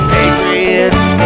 Patriots